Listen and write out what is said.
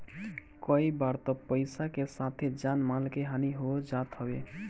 कई बार तअ पईसा के साथे जान माल के हानि हो जात हवे